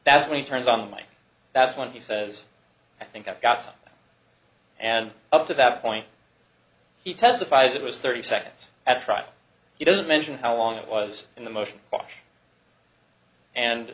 that's when he turns on me that's when he says i think i've got up and up to that point he testifies it was thirty seconds at trial he doesn't mention how long it was in the motion and